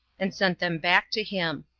and sent them back to him.